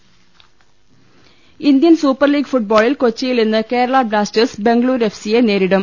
ലലലലലലലലലലലലല Indian super league ഫുട്ബോളിൽ കൊച്ചിയിൽ ഇന്ന് കേരള ബ്ലാസ്റ്റേഴ്സ് ബെങ്കളൂരു എഫ് സിയെ നേരി ടും